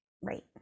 Right